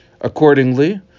Accordingly